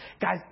Guys